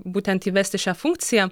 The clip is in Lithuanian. būtent įvesti šią funkciją